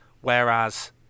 whereas